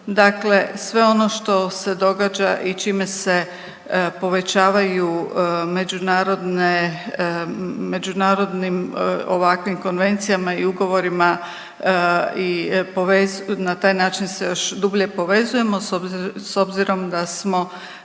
Dakle, sve ono što se događa i čime se povećavaju međunarodnim ovakvim konvencijama i ugovorima, na taj način se još dublje povezujemo s obzirom da smo